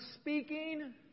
speaking